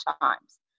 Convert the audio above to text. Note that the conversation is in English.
times